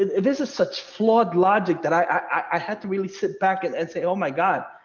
it is is such flawed logic that i i had to really sit back and and say, oh my god,